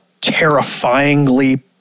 terrifyingly